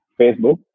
Facebook